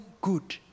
good